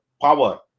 power